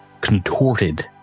contorted